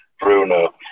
Bruno